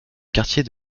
quartier